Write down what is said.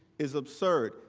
is absurd.